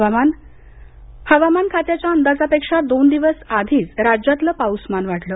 हवामान हवामान खात्याच्या अंदाजापेक्षा दोन दिवस आधीच राज्यातलं पाऊसमान वाढलं